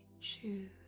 choose